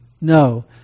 No